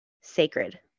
sacred